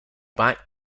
back